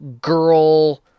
girl